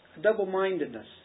Double-mindedness